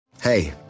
Hey